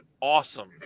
awesome